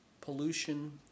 pollution